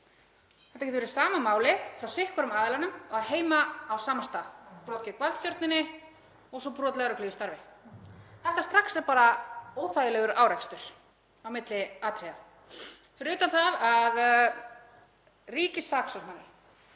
Þetta getur verið sama málið frá sitthvorum aðilanum og á heima á sama stað; brot gegn valdstjórninni og svo brot lögreglu í starfi. Þetta er strax óþægilegur árekstur á milli atriða, fyrir utan að ríkissaksóknari